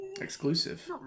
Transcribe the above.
exclusive